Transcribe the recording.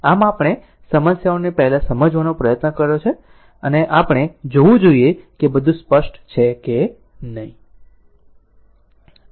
આમ આપણે સમસ્યાઓ ને પહેલાં સમજવાનો પ્રયત્ન કર્યો છે અને આપણે જોવું જોઈએ કે બધું સ્પષ્ટ છે કે નહીં